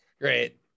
Great